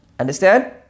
Understand